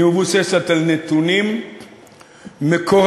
היא מבוססת על נתונים מקורבים,